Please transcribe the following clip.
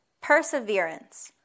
perseverance